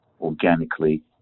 organically